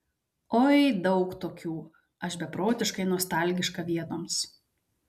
oi daug tokių aš beprotiškai nostalgiška vietoms